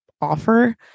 offer